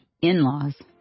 in-laws